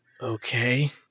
okay